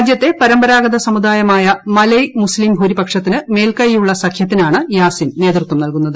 രാജ്യത്തെ പരമ്പരാഗത സമുദായമായ മലയ് മുസ്തീം ഭൂരിപക്ഷത്തിനു മേൽക്കൈയുള്ള സഖ്യത്തിനാണ് യാസിൻ നേതൃത്വം നൽകുന്നത്